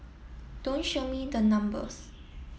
don't show me the numbers